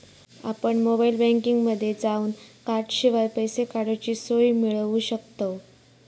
आपण मोबाईल बँकिंगमध्ये जावन कॉर्डशिवाय पैसे काडूची सोय मिळवू शकतव